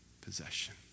possession